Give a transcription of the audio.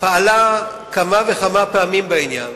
פעלה כמה וכמה פעמים בעניין.